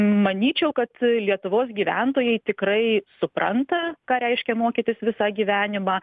manyčiau kad lietuvos gyventojai tikrai supranta ką reiškia mokytis visą gyvenimą